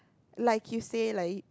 like you say like